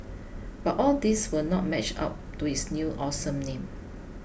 but all these will not match up to its new awesome name